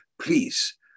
Please